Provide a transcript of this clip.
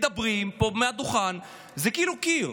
מדברים פה מהדוכן, זה כאילו קיר.